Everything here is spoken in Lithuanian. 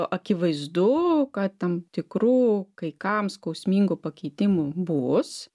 akivaizdu kad tam tikrų kai kam skausmingų pakeitimų bus